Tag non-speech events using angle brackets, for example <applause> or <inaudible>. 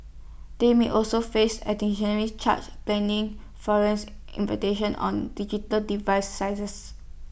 they may also face additionally charge pending forensic investigations on digital device <unintelligible>